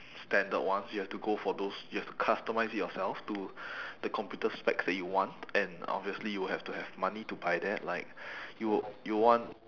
standard ones you have to go for those you have to customise it yourself to the computer specs that you want and obviously you have to have money to buy that like you you want